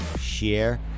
share